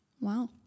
Wow